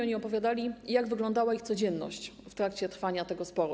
Oni opowiadali, jak wyglądała ich codzienność w trakcie trwania tego sporu.